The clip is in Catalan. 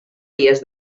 dies